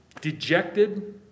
Dejected